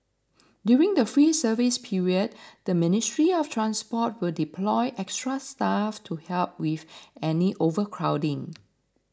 during the free service period the Ministry of Transport will deploy extra staff to help with any overcrowding